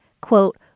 quote